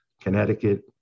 Connecticut